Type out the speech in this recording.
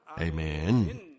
Amen